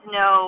no